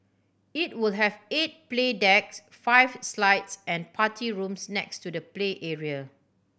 it will have eight play decks five slides and party rooms next to the play area